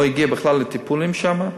לא הגיעו בכלל לטיפולים שם,